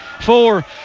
four